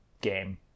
game